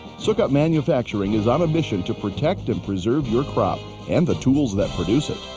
sukup manufacturing is on a mission to protect and preserve your crop and the tools that produce it.